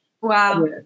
Wow